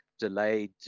delayed